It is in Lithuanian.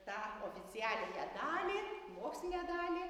tą oficialiąją dalį mokslinę dalį